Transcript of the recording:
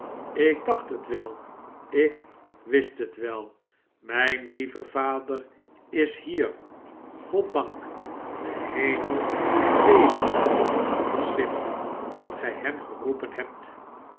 ik dacht het wel ik wist het wel mijn lieve vader is hier goddank de hemel zegene u sim dat gij hem geroepen hebt